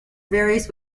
varies